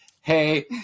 hey